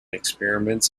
experiments